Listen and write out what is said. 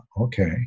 okay